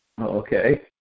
Okay